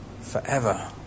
forever